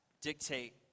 dictate